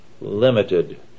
limited